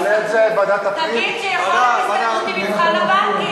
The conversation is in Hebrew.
תגיד שיכולת ההשתכרות היא מבחן הבנקים,